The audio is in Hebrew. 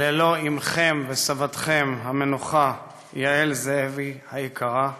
ללא אמכם וסבתכם המנוחה, יעל זאבי היקרה,